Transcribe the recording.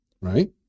right